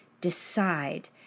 decide